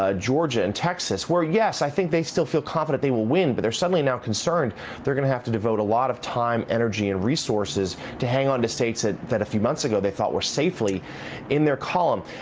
ah georgia and texas, where, yes, i think they still feel confident they will win, but they're suddenly now concerned they're going to have to devote a lot of time, energy, and resources to hang on to states that a few months ago they thought were safely in their column.